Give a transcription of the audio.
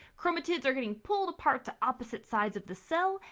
chromatids are getting pulled apart to opposite sides of the cell.